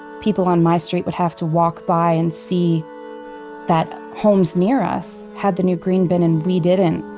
people on my street would have to walk by and see that homes near us had the new green bin and we didn't.